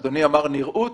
לגבי הנראות